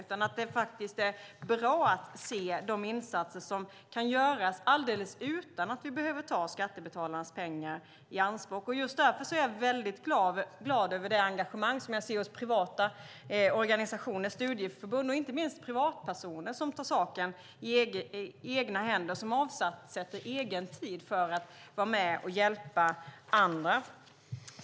Det är faktiskt bra att se de insatser som kan göras utan att vi behöver ta skattebetalarnas pengar i anspråk. Just därför är jag mycket glad över det engagemang som jag ser hos privata organisationer, studieförbund och inte minst privatpersoner som tar saken i egna händer och som avsätter egen tid för att vara med och hjälpa andra.